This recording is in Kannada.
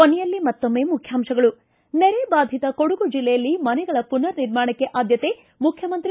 ಕೊನೆಯಲ್ಲಿ ಮತ್ತೊಮ್ನೆ ಮುಖ್ಯಾಂಶಗಳು ನೆರೆ ಬಾಧಿತ ಕೊಡಗು ಜಿಲ್ಲೆಯಲ್ಲಿ ಮನೆಗಳ ಪುನರ್ ನಿರ್ಮಾಣಕ್ಕೆ ಆದ್ಯತೆ ಮುಖ್ಯಮಂತ್ರಿ